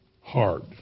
hard